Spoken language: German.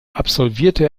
absolvierte